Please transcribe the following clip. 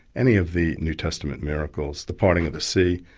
any of the new testament miracles, the parting of the sea,